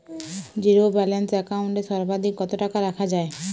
Zero balance account এ সর্বাধিক কত টাকা রাখা য়ায়?